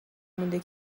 مونده